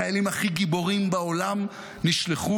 החיילים הכי גיבורים בעולם נשלחו